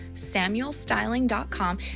samuelstyling.com